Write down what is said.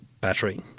battery